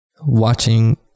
watching